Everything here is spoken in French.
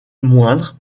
moindre